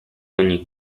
ogni